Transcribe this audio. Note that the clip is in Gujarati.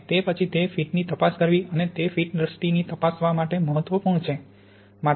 અને તે પછી તે ફીટની તપાસ કરવી અને તે ફીટ દૃષ્ટિની તપાસવા માટે મહત્વપૂર્ણ છે